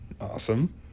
Awesome